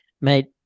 mate